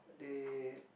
they